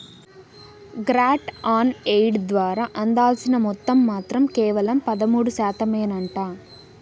grant on aid ద్వారా అందాల్సిన మొత్తం మాత్రం కేవలం పదమూడు శాతమేనంట